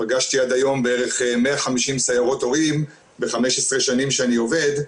פגשתי עד היום בערך 150 סיירות הורים ב-15 שנים שאני עובד.